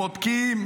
בודקים,